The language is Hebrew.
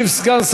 שאתה גומר את